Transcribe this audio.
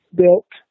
built